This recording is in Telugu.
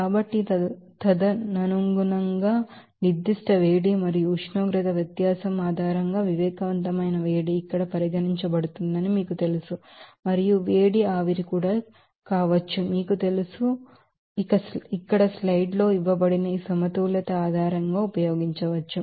కాబట్టి తదనుగుణంగా నిర్దిష్ట వేడి మరియు ఉష్ణోగ్రత వ్యత్యాసం ఆధారంగా సెన్సిబిల్ హీట్ ఇక్కడ పరిగణించబడుతుందని మీకు తెలుసు మరియు వేడి ఆవిరి కూడా కావచ్చు మీకు తెలుసు మీకు తెలుసు ఇక్కడ స్లైడ్ లో ఇవ్వబడిన ఈ బాలన్స్ ఆధారంగా ఉపయోగించవచ్చు